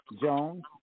Jones